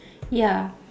ya